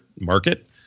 market